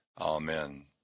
Amen